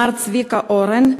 מר צביקה אורן,